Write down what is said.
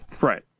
Right